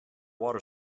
water